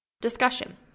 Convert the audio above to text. Discussion